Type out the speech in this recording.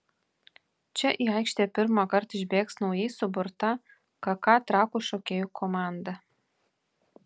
čia į aikštę pirmą kartą išbėgs naujai suburta kk trakų šokėjų komanda